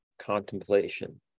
contemplation